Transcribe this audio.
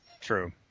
True